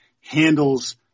handles